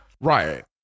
right